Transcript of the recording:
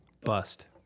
Bust